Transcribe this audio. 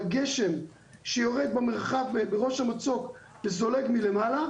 בגשם שיורד במרחב בראש המצוק וזולג מלמעלה.